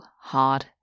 hard